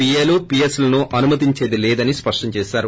పీఏలు పీఎస్లను అనుమతించేది లేదని స్పష్టం చేశారు